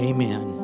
Amen